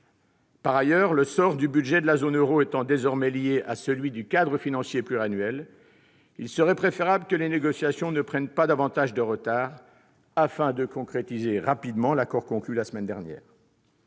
Par ailleurs, le sort du budget de la zone euro étant désormais lié à celui du cadre financier pluriannuel, il serait préférable que les négociations ne prennent pas davantage de retard, afin de concrétiser rapidement l'accord conclu la semaine dernière.